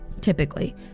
typically